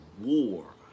war